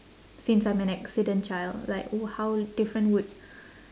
since I'm an accident child like how different would